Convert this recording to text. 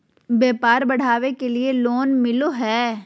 व्यापार बढ़ावे के लिए लोन मिलो है?